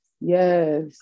Yes